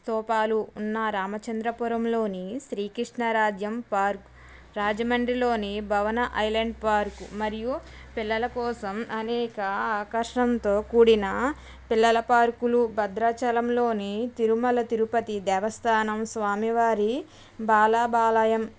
స్తూపాలు ఉన్నా రామచంద్రపురంలోని శ్రీకృష్ణరాజ్యం పార్క్ రాజమండ్రిలోని భవన ఐలాండ్ పార్క్ మరియు పిల్లల కోసం అనేక ఆకర్షణతో కూడిన పిల్లల పార్కులు భద్రాచలంలోని తిరుమల తిరుపతి దేవస్థానం స్వామివారి బాలబాలాయం